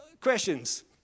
questions